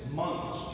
months